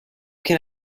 can